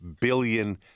billion